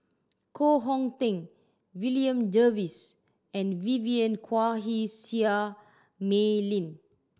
Koh Hong Teng William Jervois and Vivien Quahe Seah Mei Lin